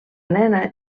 nena